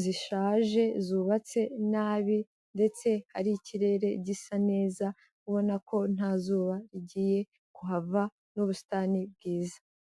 zishaje zubatse nabi ndetse hari ikirere gisa neza ubona ko nta zuba rigiye kuhava n'ubusitani bwiza.